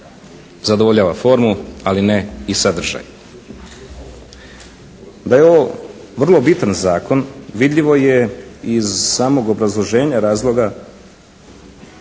zadovoljava formu ali ne i sadržaj. Da je ovo vrlo bitan zakon vidljivo je i iz samog obrazloženja razloga